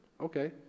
okay